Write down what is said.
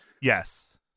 Yes